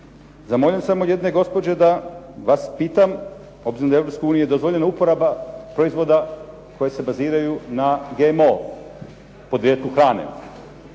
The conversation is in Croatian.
Zamoljen sam od jedne gospođe da vas pitam, obzirom da je u Europskoj uniji dozvoljena uporaba proizvoda koji se baziraju na GMO podrijetlu hrane.